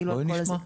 בואי נשמע.